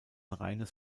reines